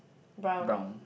brown